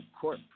court